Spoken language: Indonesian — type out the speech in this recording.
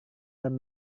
dan